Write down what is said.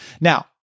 Now